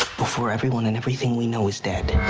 before everyone and everything we know is dead.